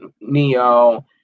Neo